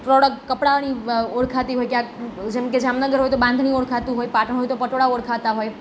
product કપડાઓની ઓળખાતી હોય ક્યાંક જેમકે જામનગર હોય તો બાંધણી ઓળખાતું હોય પાટણ હોય તો પટોળાં ઓળખાતાં હોય